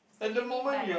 what did you mean by